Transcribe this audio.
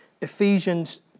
Ephesians